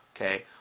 Okay